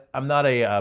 i'm not a,